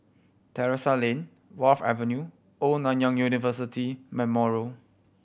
Terrasse Lane Wharf Avenue Old Nanyang University Memorial